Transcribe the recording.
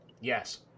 Yes